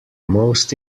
most